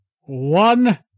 One